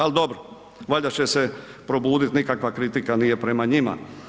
Ali dobro, valjda će se probudit, nikakva kritika nije prema njima.